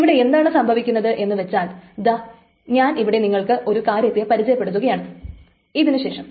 ഇവിടെ എന്താണ് സംഭവിക്കുന്നത് എന്നു വച്ചാൽ ദാ ഞാൻ ഇവിടെ നിങ്ങൾക്ക് ഈ ഒരു കാര്യത്തെ പരിചയപ്പെട്ടുത്തുകയാണ് ഇതിനു ശേഷം